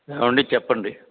ఏవండి చెప్పండి